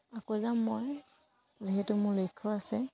আকৌ যাম মই যিহেতু মোৰ লক্ষ্য আছে